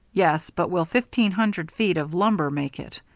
yes, but will fifteen hundred feet of lumber make it?